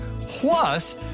plus